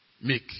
make